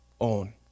own